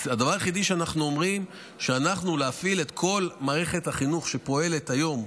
הדבר היחיד שאנחנו אומרים: להפעיל את כל מערכת החינוך שפועלת היום,